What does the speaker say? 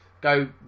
go